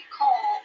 call